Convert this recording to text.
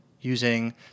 using